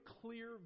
clear